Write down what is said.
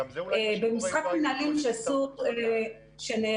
במשחק מנהלים שנערך,